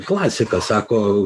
klasika sako